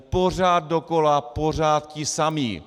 Pořád dokola, pořád ti samí.